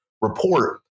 report